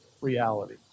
reality